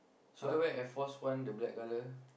should I wear Air Force One the black colour